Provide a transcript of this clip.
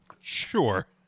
Sure